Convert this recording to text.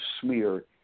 smear